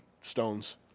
Stones